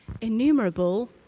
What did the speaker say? innumerable